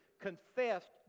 confessed